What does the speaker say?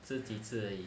吃几次而已